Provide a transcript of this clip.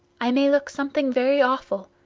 i may look something very awful.